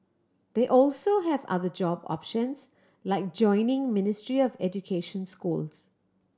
they also have other job options like joining Ministry of Education schools